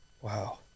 Wow